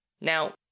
Now